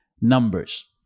numbers